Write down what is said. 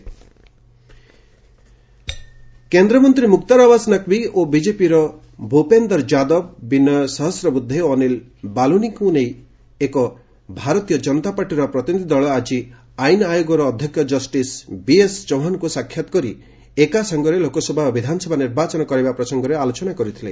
ଲ commission କେନ୍ଦ୍ରମନ୍ତ୍ରୀ ମୁକ୍ତାର ଆବାସ ନକ୍ତି ଓ ବିଜେପିର ଭୂପେନ୍ଦର ଯାଦବ ବିନୟ ସହସ୍ରବୃଦ୍ଧେ ଓ ଅନିଲ ବାଲୁନିଙ୍କୁ ନେଇ ଏକ ଭାରତୀୟ ଜନତାପାର୍ଟିର ପ୍ରତିନିଧି ଦଳ ଆଜି ଆଇନ୍ ଆୟୋଗର ଅଧ୍ୟକ୍ଷ ଜଷ୍ଟିସ୍ ବିଏସ୍ ଚୌହାନ୍ଙ୍କୁ ସାକ୍ଷାତ କରି ଏକା ସଙ୍ଗରେ ଲୋକସଭା ଓ ବିଧାନସଭା ନିର୍ବାଚନ କରାଇବା ପ୍ରସଙ୍ଗରେ ଆଲୋଚନା କରିଥିଲେ